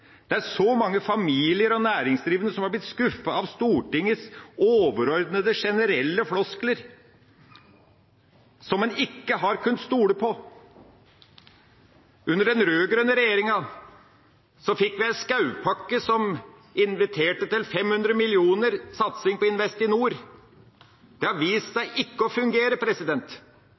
Det er så mange familier og næringsdrivende som har blitt skuffet over Stortingets overordnede, generelle floskler som en ikke har kunnet stole på. Under den rød-grønne regjeringa fikk vi en skogpakke som inviterte til 500 mill. kr. satsing på Investinor. Det har vist